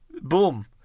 Boom